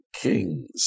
Kings